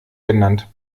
genannt